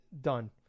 done